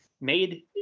made